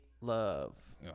Love